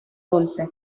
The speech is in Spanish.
dulce